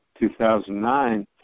2009